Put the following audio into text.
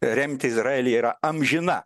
remti izraelį yra amžina